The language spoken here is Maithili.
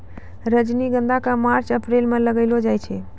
रजनीगंधा क मार्च अप्रैल म लगैलो जाय छै